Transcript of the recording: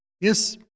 yes